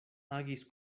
agis